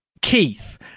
Keith